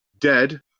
Dead